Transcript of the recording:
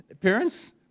parents